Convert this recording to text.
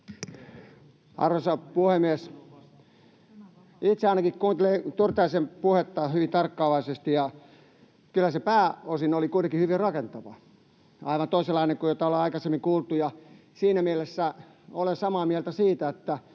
Arvoisa puhemies! Itse ainakin kuuntelin Turtiaisen puhetta hyvin tarkkaavaisesti, ja kyllä se pääosin oli kuitenkin hyvin rakentava ja aivan toisenlainen kuin mitä ollaan aikaisemmin kuultu, ja siinä mielessä olen samaa mieltä siitä, että